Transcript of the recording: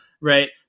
right